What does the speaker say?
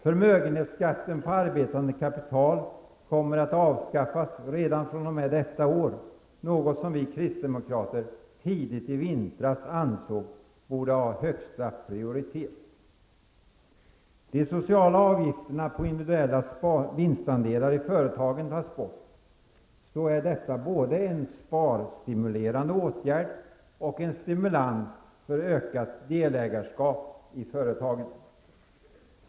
Förmögenhetsskatten på arbetande kapital kommer att avskaffas redan fr.o.m. detta år. Det är något som vi kristdemokrater tidigt i vintras ansåg borde ha högsta prioritet. Om de sociala avgifterna på individuella vinstandelar i företagen tas bort, så är detta både en sparstimulerande åtgärd och en stimulans till ökat delägarskap i företagen.